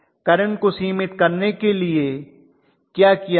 current को सीमित करने के लिए क्या किया जाए